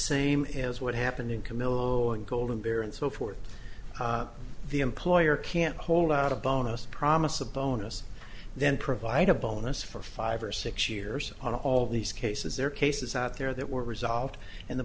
same as what happened in camillo and golden bear and so forth the employer can't hold out a bonus promise a bonus then provide a bonus for five or six years on all these cases there are cases out there that were resolved in the